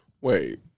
Wait